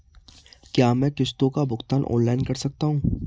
क्या मैं किश्तों का भुगतान ऑनलाइन कर सकता हूँ?